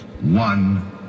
One